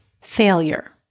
failure